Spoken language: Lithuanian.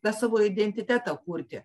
na savo identitetą kurti